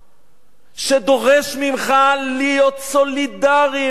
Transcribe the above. שדורש ממך להיות סולידרי עם עם ישראל.